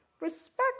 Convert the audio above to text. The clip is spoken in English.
respect